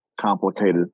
complicated